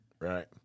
right